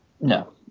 No